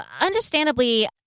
understandably